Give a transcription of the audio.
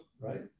Right